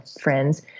friends